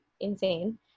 insane